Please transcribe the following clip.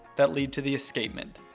that lead to the escapement.